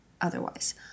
otherwise